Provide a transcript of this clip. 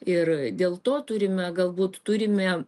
ir dėl to turime galbūt turime